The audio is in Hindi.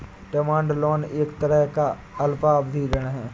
डिमांड लोन एक तरह का अल्पावधि ऋण है